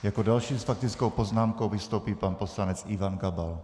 Jako další s faktickou poznámkou vystoupí pan poslanec Ivan Gabal.